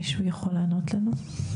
מישהו יכול לענות לנו?